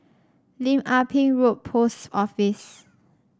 Lim Ah Pin Road Post Office